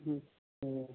ہوں ہوں